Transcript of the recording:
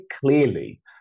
clearly